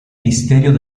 misterio